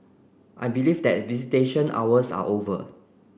I believe that visitation hours are over